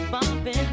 bumping